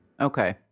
Okay